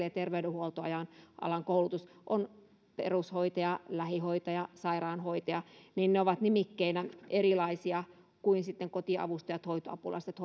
ja terveydenhuoltoalan koulutus ja on perushoitaja lähihoitaja sairaanhoitaja niin nämä ovat nimikkeinä erilaisia kuin sitten kotiavustajat hoitoapulaiset